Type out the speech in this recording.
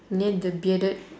near the bearded